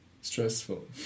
stressful